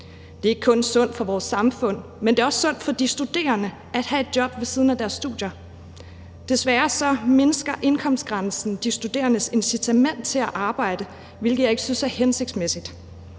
Det er ikke kun sundt for vores samfund, men det er også sundt for de studerende at have et job ved siden af deres studier. Desværre mindsker indkomstgrænsen de studerendes incitament til at arbejde, hvilket jeg ikke synes er hensigtsmæssigt,